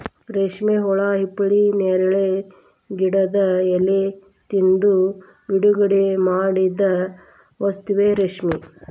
ರೇಶ್ಮೆ ಹುಳಾ ಹಿಪ್ಪುನೇರಳೆ ಗಿಡದ ಎಲಿ ತಿಂದು ಬಿಡುಗಡಿಮಾಡಿದ ವಸ್ತುವೇ ರೇಶ್ಮೆ